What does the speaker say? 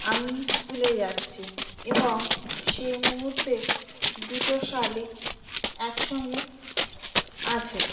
আমি স্কুলে যাচ্ছি এবং সেই মুহূর্তে দুটো শালিক একসঙ্গে আছে